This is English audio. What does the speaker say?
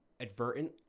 advertent